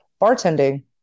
Bartending